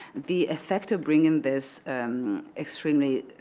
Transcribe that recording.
the effect of bringing this extremely